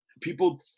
People